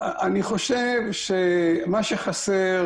אני חושב שמה שחסר,